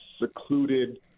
secluded